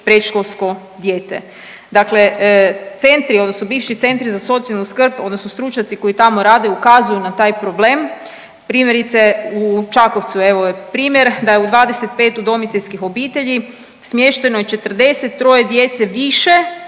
predškolsko dijete. Dakle, centri odnosno bivši centri za socijalnu skrb odnosno stručnjaci koji tamo rade ukazuju na taj problem. Primjerice evo u Čakovcu je primjer da je u 25 udomiteljskih obitelji smješteno je 43 djece više